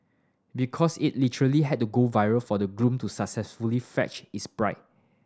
because it literally had to go viral for the groom to successfully fetch is bride